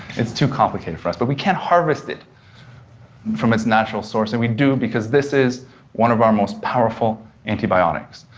it's too complicated for us, but we can harvest it from its natural source, and we do, because this is one of our most powerful antibiotics.